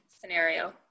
scenario